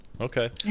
Okay